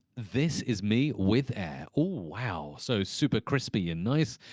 this is me with air. oh wow, so super crispy and nice!